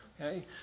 Okay